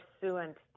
pursuant